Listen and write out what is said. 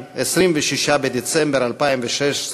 26 בדצמבר 2016,